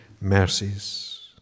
mercies